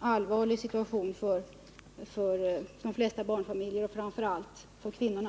allvarlig situation för de flesta barnfamiljer och framför allt för kvinnorna.